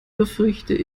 befürchte